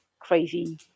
crazy